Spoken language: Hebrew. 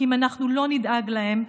כי אם אנחנו לא נדאג להם,